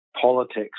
politics